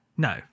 No